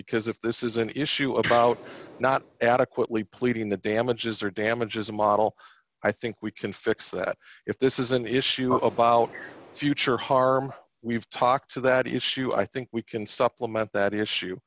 because if this is an issue about not adequately pleading the damages or damages a model i think we can fix that if this is an issue about future harm we've talked to that issue i think we can supplement that issue